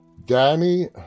Danny